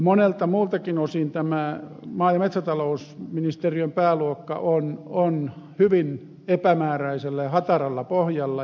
monelta muultakin osin maa ja metsätalousministeriön pääluokka on hyvin epämääräisellä ja hataralla pohjalla